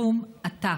סכום עתק.